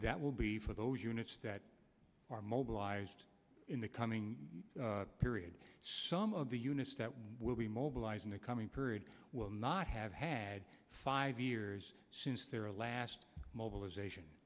that will be for those units that are mobilized in the coming period some of the units that will be mobilized in the coming period will not have had five years since their last mobil